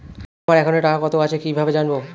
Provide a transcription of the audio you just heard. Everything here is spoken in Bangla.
আমার একাউন্টে টাকা কত আছে কি ভাবে জানবো?